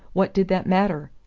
what did that matter?